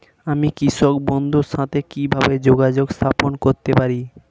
আমি কৃষক বন্ধুর সাথে কিভাবে যোগাযোগ স্থাপন করতে পারি?